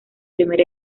primer